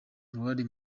uruhare